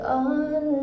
on